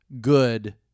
good